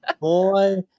Boy